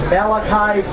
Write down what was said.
Malachi